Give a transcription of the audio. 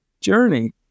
journey